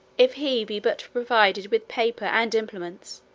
if he be but provided with paper and implements,